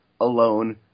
alone